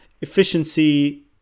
efficiency